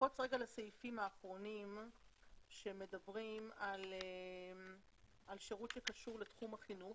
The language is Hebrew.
נקפוץ לסעיפים האחרונים שמדברים על שירות שקשור לתחום החינוך.